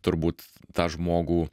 turbūt tą žmogų